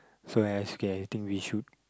so I ask you okay I think we should